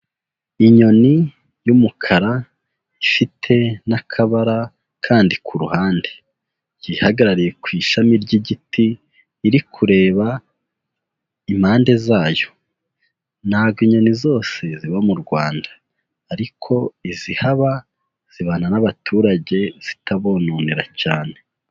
Inyoni y'umukara ifite n'akabara kandi ku ruhande, yihagarariye ku ishami ry'igiti iri kureba impande zayo, ntabwo inyoni zose ziba mu Rwanda, ariko izihaba zibana n'abaturage zitabononera cyane.